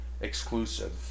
exclusive